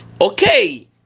Okay